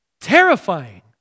Terrifying